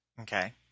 Okay